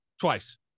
Twice